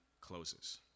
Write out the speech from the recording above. closes